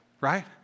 right